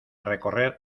recorrer